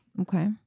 Okay